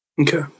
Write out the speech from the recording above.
Okay